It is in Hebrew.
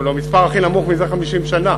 אבל זה המספר הכי נמוך זה 50 שנה.